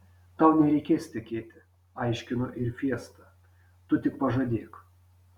tau nereikės tekėti aiškino ir fiesta tu tik pažadėk